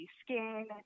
skin